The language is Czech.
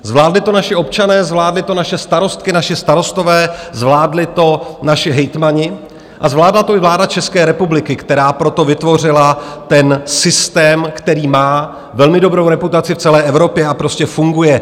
Zvládli to naši občané, zvládli to naši starostové, naše starostky, zvládli to naši hejtmani a zvládla to i vláda České republiky, která pro to vytvořila ten systém, který má velmi dobrou reputaci v celé Evropě a prostě funguje.